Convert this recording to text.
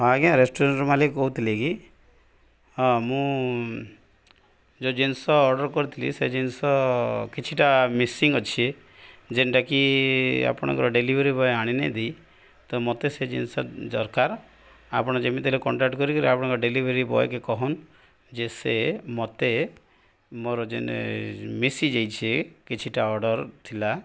ହଁ ଆଜ୍ଞା ରେଷ୍ଟୁରାଣ୍ଟ ମାଲିକ୍ କହୁଥିଲେ କି ହଁ ମୁଁ ଯେଉଁ ଜିନିଷ ଅର୍ଡ଼ର କରିଥିଲି ସେ ଜିନିଷ କିଛିଟା ମିସିଂ ଅଛି ଯେନ୍ଟାକି ଆପଣଙ୍କର ଡେଲିଭରି ବୟ ଆଣିନାହାନ୍ତି ଦି ତ ମୋତେ ସେ ଜିନିଷ ଦରକାର ଆପଣ ଯେମିତି ହେଲେ କଣ୍ଟାକ୍ଟ କରିକିରି ଆପଣଙ୍କ ଡେଲିଭରି ବଏକେ କହନ୍ ଯେ ସେ ମୋତେ ମୋର ଯେନେ ମିଶିଯାଇଛି କିଛିଟା ଅର୍ଡ଼ର ଥିଲା